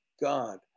god